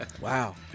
Wow